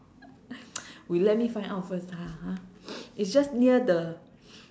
you let me find out first lah ha is just near the